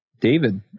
David